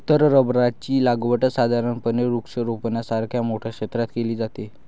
उत्तर रबराची लागवड साधारणपणे वृक्षारोपणासारख्या मोठ्या क्षेत्रात केली जाते